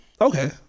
okay